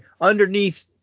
underneath